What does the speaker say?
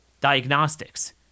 diagnostics